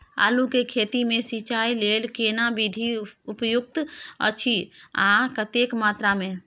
आलू के खेती मे सिंचाई लेल केना विधी उपयुक्त अछि आ कतेक मात्रा मे?